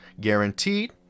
guaranteed